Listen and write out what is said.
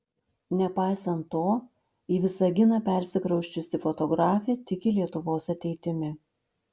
nepaisant to į visaginą persikrausčiusi fotografė tiki lietuvos ateitimi